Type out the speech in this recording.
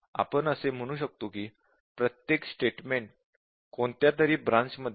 आपण असे म्हणू शकतो की प्रत्येक स्टेटमेंट कोणत्या तरी ब्रांच मध्ये आहे